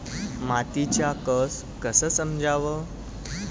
मातीचा कस कसा समजाव?